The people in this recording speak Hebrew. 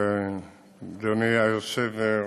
אדוני היושב-ראש,